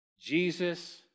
Jesus